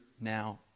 now